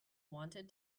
wanted